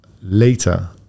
later